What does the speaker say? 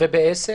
ובעסק?